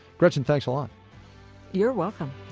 gretchen, thanks a lot you're welcome